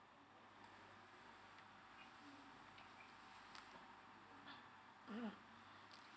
mmhmm